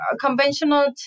conventional